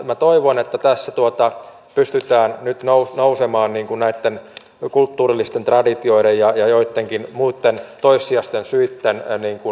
minä toivon että tässä pystytään nyt nousemaan näitten kulttuurillisten traditioiden ja ja joittenkin muitten toissijaisten syitten